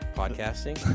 podcasting